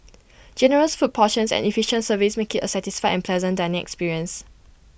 generous food portions and efficient service make IT A satisfied and pleasant dining experience